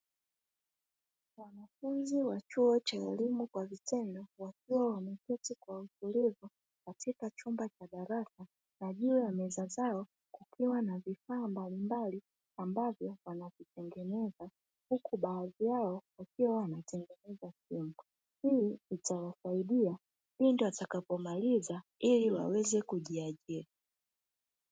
Wanafunzi wa chuo cha elimu kwa vitendo wakiwa wameketi kwa utulivu katika chumba cha darasa na juu ya meza zao kukiwa na vifaa mbalimbali ambavyo wanavitengeneza, huku baadhi yao wakiwa wanatengeza simu, hii itawasaidia pindi watakapomaliza ili waweze kujiajiri.